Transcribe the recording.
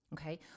Okay